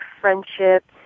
friendship